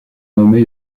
nommé